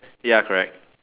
ya correct